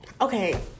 okay